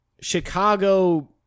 Chicago